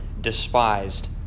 despised